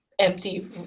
Empty